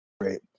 great